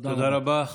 תודה רבה.